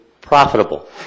profitable